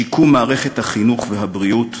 שיקום מערכת החינוך והבריאות,